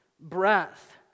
Breath